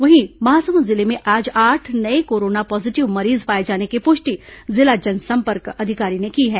वहीं महासमुंद जिले में आज आठ नये कोरोना पॉजीटिव मरीज पाए जाने की पुष्टि जिला जनसंपर्क अधिकारी ने की है